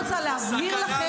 --- הדלפת מסמכים מזויפים.